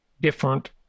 different